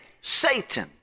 Satan